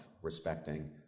respecting